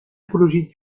apologie